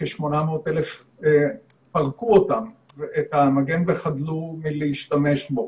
כ-800,000 פרקו את המגן וחדלו מלהשתמש בו.